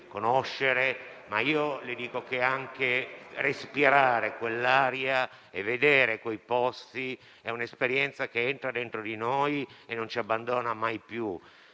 conoscere, ma voglio aggiungere che anche respirare quell'aria e vedere quei posti è un'esperienza che entra dentro di noi, non ci abbandona mai più